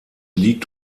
liegt